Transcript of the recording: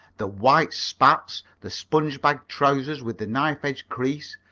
the white spats, the sponge-bag trousers with the knife-edge crease,